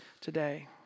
today